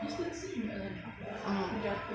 mm